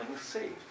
safe